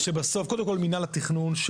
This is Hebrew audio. קודם כל מנהל התכנון,